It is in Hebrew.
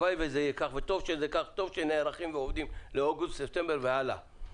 טוב שנערכים לאוגוסט וספטמבר והלאה.